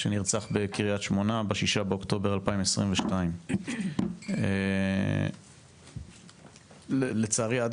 שנרצח בקריית שמונה ב-6 באוקטובר 2022. לצערי עד